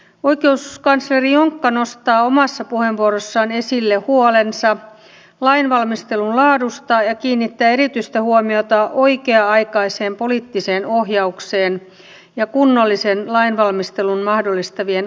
oikeuskansleri jonkka nostaa omassa puheenvuorossaan esille huolensa lainvalmistelun laadusta ja kiinnittää erityistä huomiota oikea aikaiseen poliittiseen ohjaukseen ja kunnollisen lainvalmistelun mahdollistavien aikataulujen merkitykseen